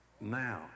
Now